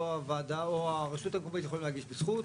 הוועדה המקומית או הרשות המקומית יכולים להגיש בזכות.